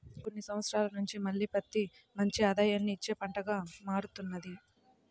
కొన్ని సంవత్సరాల నుంచి మళ్ళీ పత్తి మంచి ఆదాయాన్ని ఇచ్చే పంటగా మారుతున్నది